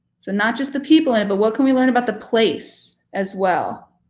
so not just the people in it, but what can we learn about the place as well?